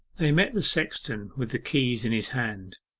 they met the sexton with the keys in his hand.